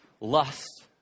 lust